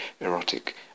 erotic